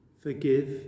Forgive